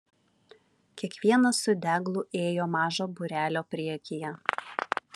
kiekvienas su deglu ėjo mažo būrelio priekyje